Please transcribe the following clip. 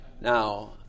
Now